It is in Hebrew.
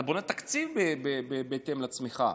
אתה בונה תקציב בהתאם לצמיחה.